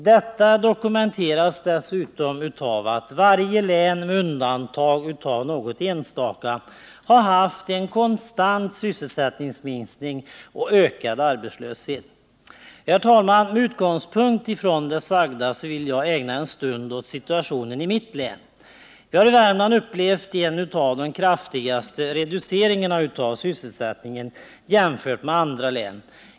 Detta dokumenteras dessutom av att varje län, med undantag av något enstaka, har haft en konstant sysselsättningsminskning och ökad arbetslöshet. Herr talman! Med utgångspunkt i det sagda vill jag ägna en stund åt situationen i mitt län. Vi har i Värmland upplevt en av de kraftigaste reduceringarna av sysselsättningen, jämfört med andra län.